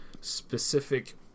specific